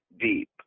deep